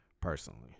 personally